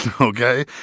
Okay